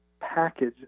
package